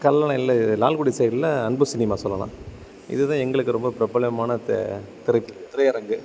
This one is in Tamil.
கல்லணையில் லால்குடி சைடில் அன்பு சினிமா சொல்லலாம் இதுதான் எங்களுக்கு ரொம்ப பிரபலமான திரை திரையரங்கு